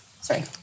sorry